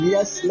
Yes